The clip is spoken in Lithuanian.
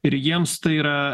ir jiems tai yra